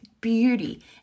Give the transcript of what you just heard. beauty